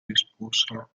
disposal